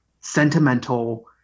sentimental